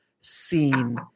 seen